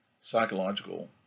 psychological